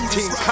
Team